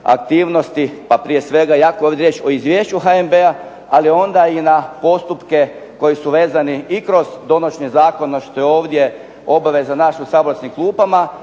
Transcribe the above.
aktivnosti, prije svega iako je riječ o izvješću HNB-a ali onda i na postupke koji su vezani i na donošenje Zakona, što je obaveza ovdje u saborskim klupama